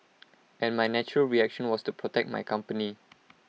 and my natural reaction was to protect my company